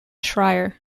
schreyer